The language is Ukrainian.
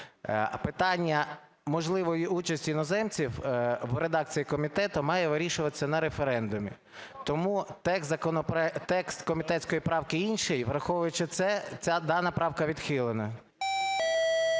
Питання можливої участі іноземці в редакції комітету має вирішуватись на референдумі. Тому текст комітетської правки інший. Враховуючи це дана правка відхилена.